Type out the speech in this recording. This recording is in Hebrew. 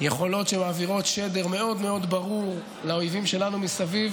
יכולות שמעבירות שדר מאוד מאוד ברור לאויבים שלנו מסביב,